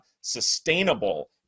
sustainable